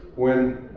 when